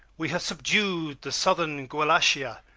we have subdu'd the southern guallatia,